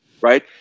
right